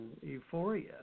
euphoria